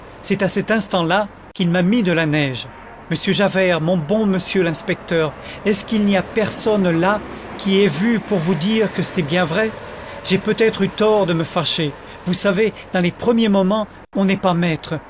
c'est à cet instant-là qu'il m'a mis de la neige monsieur javert mon bon monsieur l'inspecteur est-ce qu'il n'y a personne là qui ait vu pour vous dire que c'est bien vrai j'ai peut-être eu tort de me fâcher vous savez dans le premier moment on n'est pas maître